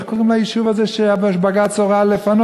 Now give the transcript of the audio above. איך קוראים ליישוב הזה שבג"ץ הורה לפנות,